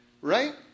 right